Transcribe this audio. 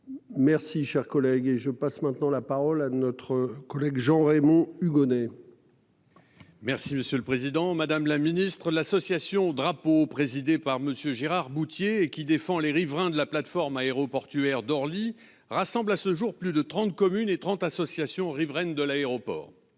Merci cher collègue. Et je passe maintenant la parole à notre collègue Jean-Raymond Hugonet. Merci, monsieur le Président Madame la Ministre de l'association drapeau présidée par Monsieur Gérard Bouthier et qui défend les riverains de la plateforme aéroportuaire d'Orly rassemble à ce jour plus de 30 communes et 30 associations riveraines de l'aéroport.